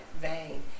vein